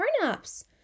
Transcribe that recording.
turnips